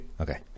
okay